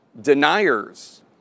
deniers